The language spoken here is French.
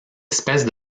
espèces